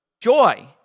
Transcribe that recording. joy